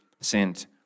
sent